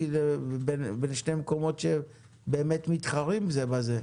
בין שני מקומות שבאמת מתחרים זה בזה.